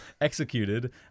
executed